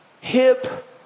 Hip